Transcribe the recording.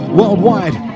worldwide